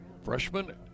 Freshman